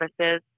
services